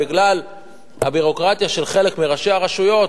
בגלל הביורוקרטיה של חלק מראשי הרשויות,